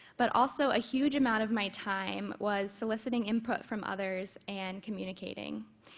but also a huge amount of my time was soliciting input from others and communicating.